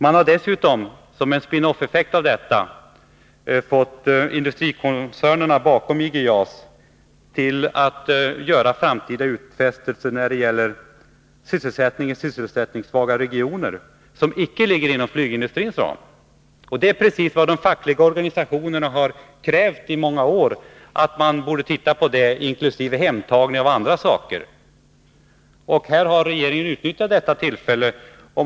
Man har dessutom som spin off-effekt fått industrikoncernerna bakom IG JAS till att beträffande sysselsättningssvaga regioner göra framtida utfästelser när det gäller sysselsättning som icke ligger inom flygindustrins ram. De fackliga organisationerna har i många år krävt just att man borde göra sådana insatser, inkl. s.k. hemtagning. Nu har regeringen utnyttjat detta tillfälle.